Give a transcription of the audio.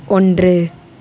ஒன்று